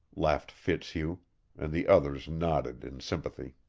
laughed fitzhugh and the others nodded in sympathy.